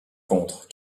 contre